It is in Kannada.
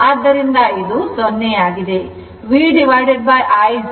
ಆದ್ದರಿಂದ ಇದು 0 ಆಗಿದೆ